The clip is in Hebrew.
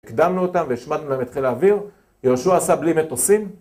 הקדמנו אותם והשמדנו להם את חיל האוויר, יהושוע עשה בלי מטוסים